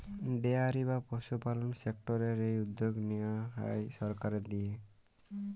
dairy বা পশুপালল সেক্টরের এই উদ্যগ লিয়া হ্যয় সরকারের দিঁয়ে